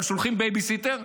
אבל שולחים בייביסיטר,